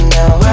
now